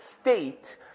state